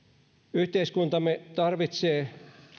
yhteiskuntamme tarvitsee